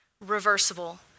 reversible